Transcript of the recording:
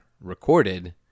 recorded